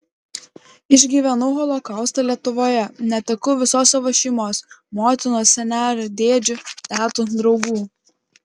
išgyvenau holokaustą lietuvoje netekau visos savo šeimos motinos senelių dėdžių tetų draugų